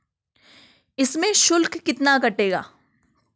इसमें शुल्क कितना कटेगा?